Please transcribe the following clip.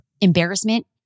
embarrassment